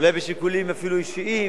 אולי אפילו משיקולים אישיים,